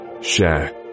share